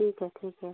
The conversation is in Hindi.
ठीक है ठीक है